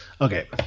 okay